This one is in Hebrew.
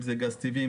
אם זה גז טבעי,